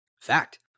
Fact